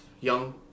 young